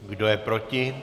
Kdo je proti?